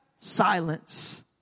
silence